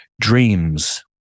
Dreams